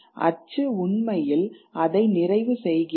அச்சு உண்மையில் அதை நிறைவு செய்கிறது